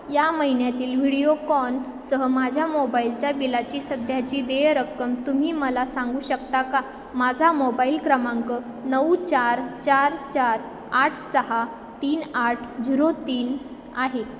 या महिन्यातील व्हिडिओकॉनसह माझ्या मोबाईलच्या बिलाची सध्याची देय रक्कम तुम्ही मला सांगू शकता का माझा मोबाईल क्रमांक नऊ चार चार चार आठ सहा तीन आठ झिरो तीन आहे